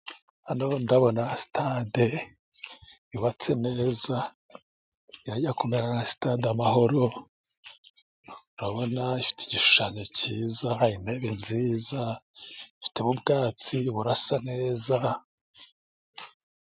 Hano ndabona sitade yubatse neza, yajya kumera nka stade amahoro urabona ifite igishushanyo cyiza hari intebe nziza, ifite n'ubwatsi burasa neza.